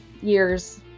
years